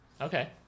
Okay